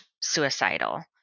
suicidal